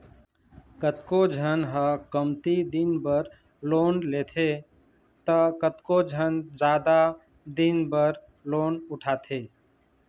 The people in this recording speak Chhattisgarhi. कतको झन ह कमती दिन बर लोन लेथे त कतको झन जादा दिन बर लोन उठाथे